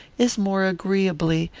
is more agreeably,